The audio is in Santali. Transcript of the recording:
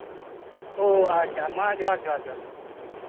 ᱚ ᱟᱪᱪᱷᱟ ᱢᱟ ᱡᱚᱦᱟᱨ ᱡᱚᱦᱟᱨ